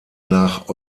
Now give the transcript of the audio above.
nach